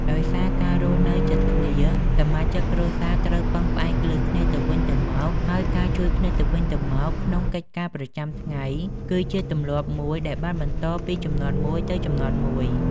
ដោយសារការរស់នៅជិតគ្នា សមាជិកគ្រួសារត្រូវពឹងផ្អែកលើគ្នាទៅវិញទៅមក ហើយការជួយគ្នាទៅវិញទៅមកក្នុងកិច្ចការប្រចាំថ្ងៃគឺជាទម្លាប់មួយដែលបានបន្តពីជំនាន់មួយទៅជំនាន់មួយ។